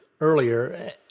earlier